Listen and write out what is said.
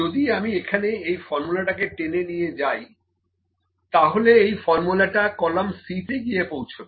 যদি আমি এখানে এই ফর্মুলাটাকে টেনে নিয়ে যাই তাহলে এই ফর্মুলাটা কলাম C তে গিয়ে পৌঁছাবে